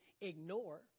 ignore